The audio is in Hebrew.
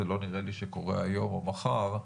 לא נראה לי שזה יקרה היום או מחר,